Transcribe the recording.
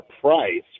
price